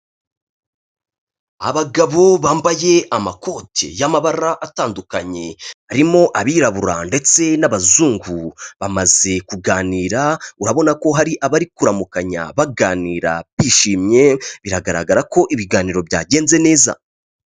Abagabo bambaye amakoti y'amabara atandukanye, harimo abirabura ndetse n'abazungu, bamaze kuganira, urabona ko hari abari kuramukanya baganira bishimye, biragaragara ko ibiganiro byagenze neza.